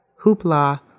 Hoopla